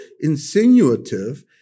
insinuative